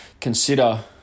consider